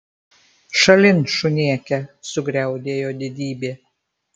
šalin šunėke sugriaudėjo didybė